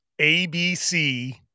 ABC